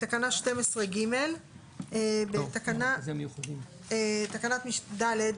תקנה 12ג. תקנת משנה (ד).